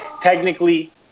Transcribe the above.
technically